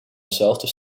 dezelfde